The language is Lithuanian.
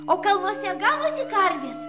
o kalnuose ganosi karvės